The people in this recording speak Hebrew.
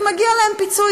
ומגיע להם פיצוי,